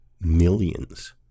millions